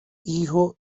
hijo